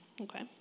Okay